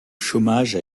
chômage